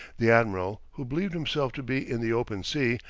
the admiral, who believed himself to be in the open sea,